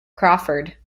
crawford